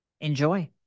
Enjoy